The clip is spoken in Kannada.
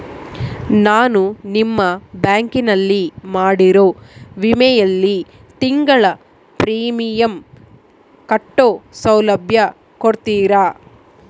ನಾನು ನಿಮ್ಮ ಬ್ಯಾಂಕಿನಲ್ಲಿ ಮಾಡಿರೋ ವಿಮೆಯಲ್ಲಿ ತಿಂಗಳ ಪ್ರೇಮಿಯಂ ಕಟ್ಟೋ ಸೌಲಭ್ಯ ಕೊಡ್ತೇರಾ?